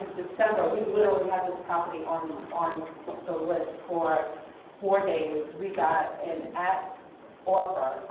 december we literally had this property on um the list for four days, we got an at offer,